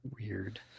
weird